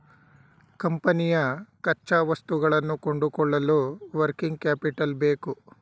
ಕಂಪನಿಯ ಕಚ್ಚಾವಸ್ತುಗಳನ್ನು ಕೊಂಡುಕೊಳ್ಳಲು ವರ್ಕಿಂಗ್ ಕ್ಯಾಪಿಟಲ್ ಬೇಕು